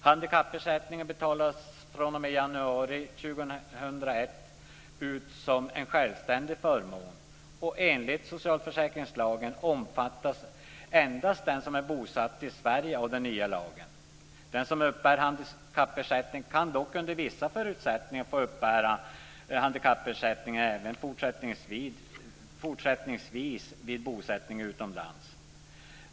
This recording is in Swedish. Handikappersättningen betalas fr.o.m. januari 2001 ut som en självständig förmån. Enligt socialförsäkringslagen omfattas endast den som är bosatt i Sverige av den nya lagen. Den som uppbär handikappersättning kan dock under vissa förutsättningar få uppbära handikappersättning även fortsättningsvis vid bosättning utomlands.